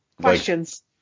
questions